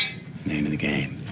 name of the game.